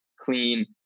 clean